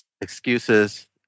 excuses